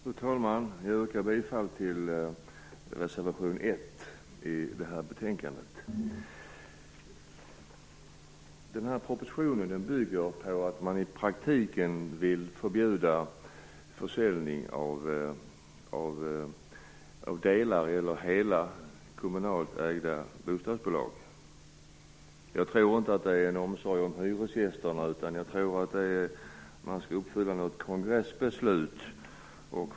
Fru talman! Jag yrkar bifall till reservation 1 i detta betänkande. Denna proposition bygger på att man i praktiken vill förbjuda försäljning av delar av eller hela kommunalt ägda bostadsbolag. Jag tror inte att det är av omsorg om hyresgästerna utan för att man skall uppfylla något kongressbeslut.